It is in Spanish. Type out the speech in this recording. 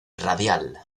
radial